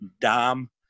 Dom